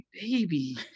baby